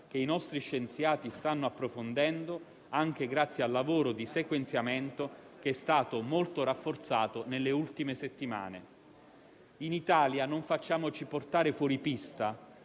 che i nostri scienziati stanno approfondendo anche grazie al lavoro di sequenziamento che è stato molto rafforzato nelle ultime settimane. In Italia non facciamoci portare fuori pista